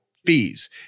fees